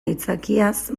aitzakiaz